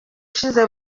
ushize